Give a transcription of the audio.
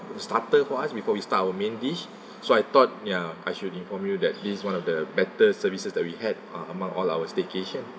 starter for us before we start our main dish so I thought ya I should inform you that this is one of the better services that we had uh among all our staycation